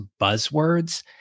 buzzwords